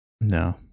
No